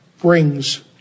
brings